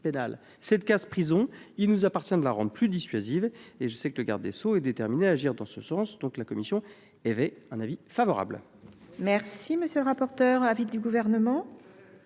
pénale. Cette case prison, il nous appartient de la rendre plus dissuasive. Je sais que le garde des sceaux est déterminé à agir dans ce sens. La commission émet donc un avis favorable